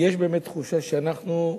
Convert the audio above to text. יש באמת תחושה שאנחנו,